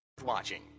watching